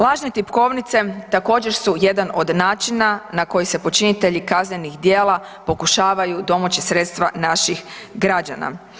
Lažne tipkovnice također su jedan od načina na koji se počinitelji kaznenih djela pokušavaju domoći sredstva naših građana.